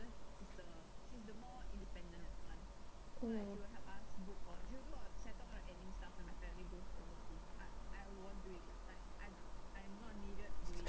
mm